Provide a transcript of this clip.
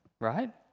right